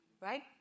right